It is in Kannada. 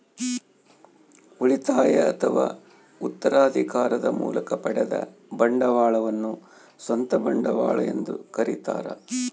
ಉಳಿತಾಯ ಅಥವಾ ಉತ್ತರಾಧಿಕಾರದ ಮೂಲಕ ಪಡೆದ ಬಂಡವಾಳವನ್ನು ಸ್ವಂತ ಬಂಡವಾಳ ಎಂದು ಕರೀತಾರ